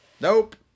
Nope